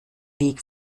weg